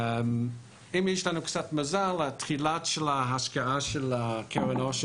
אם יש לנו קצת מזל תחילת ההשקעה של קרן העושר